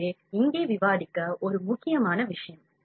எனவே இங்கே விவாதிக்க ஒரு முக்கியமான விஷயம்